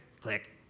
Click